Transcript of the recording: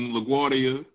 LaGuardia